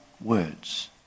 words